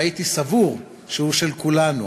שהייתי סבור שהוא של כולנו.